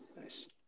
Nice